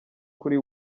kuri